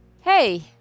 hey